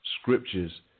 scriptures